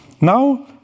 Now